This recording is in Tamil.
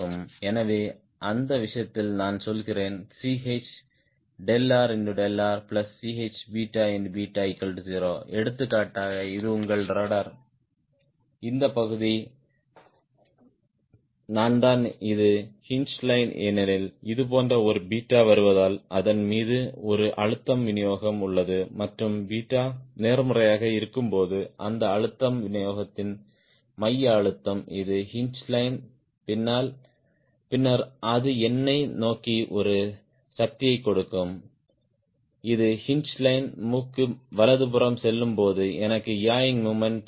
எனவே அந்த விஷயத்தில் நான் சொல்கிறேன் ChrrCh0 எடுத்துக்காட்டாக இது உங்கள் ரட்ட்ர் இந்த பகுதி நான் தான் இது ஹின்ஜ் லைன் ஏனெனில் இது போன்ற ஒரு 𝛽 வருவதால் அதன் மீது ஒரு அழுத்தம் விநியோகம் உள்ளது மற்றும் பீட்டா நேர்மறையாக இருக்கும்போது இந்த அழுத்தம் விநியோகத்தின் மைய அழுத்தம் இது ஹின்ஜ் லைன் பின்னால் பின்னர் அது என்னை நோக்கி ஒரு சக்தியைக் கொடுக்கும் இது ஹின்ஜ் லைன் மூக்கு வலதுபுறம் செல்லும் போது எனக்கு யாயிங் மொமெண்ட் தரும்